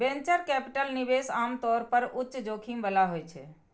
venture capital निवेश आम तौर पर उच्च जोखिम बला होइ छै